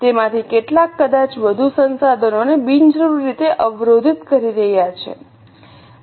તેમાંથી કેટલાક કદાચ વધુ સંસાધનોને બિનજરૂરી રીતે અવરોધિત કરી રહ્યાં છે